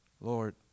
Lord